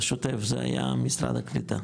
השוטף זה היה משרד הקליטה.